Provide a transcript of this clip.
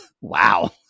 Wow